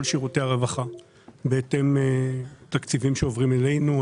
שירותי הרווחה בהתאם לתקציבים שעוברים אלינו.